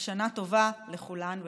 שנה טובה לכולן ולכולם.